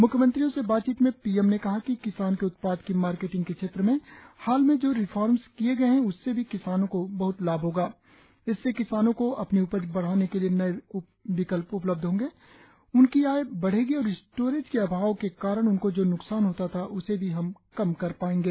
म्ख्यमंत्रियों से बातचीत में पीएम ने कहा कि किसान के उत्पाद की मार्केटिंग के क्षेत्र में हाल में जो रिफॉर्म्स किए गए हैं उससे भी किसानों को बहत लाभ होगा इससे किसानों को अपनी उपज बेचने के लिए नए विकल्प उपलब्ध होंगे उनकी आय बढ़ेगी और स्टोरेज के अभाव के कारण उनको जो न्कसान होता था उसे भी हम कम कर पाएंगे